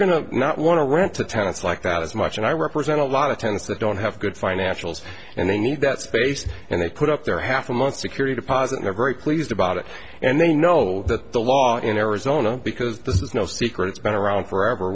going to not want to rent to tenants like that as much and i represent a lot of tennis that don't have good financials and they need that space and they put up their half a month security deposit in a very pleased about it and they know that the law in arizona because this is no secret it's been around forever